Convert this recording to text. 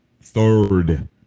Third